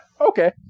Okay